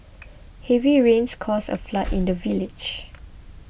heavy rains caused a flood in the village